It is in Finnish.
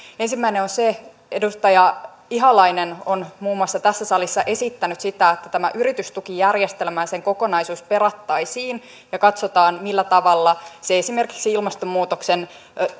ensimmäinen on se että edustaja ihalainen on muun muassa tässä salissa esittänyt sitä että tämä yritystukijärjestelmä ja se kokonaisuus perattaisiin ja että katsotaan millä tavalla se esimerkiksi ilmastonmuutoksen